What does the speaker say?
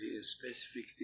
specifically